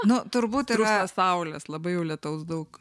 nu turbūt yra saulės labai jau lietaus daug